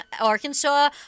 Arkansas